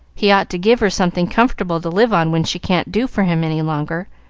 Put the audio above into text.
he ought to give her something comfortable to live on when she can't do for him any longer.